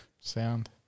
Sound